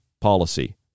policy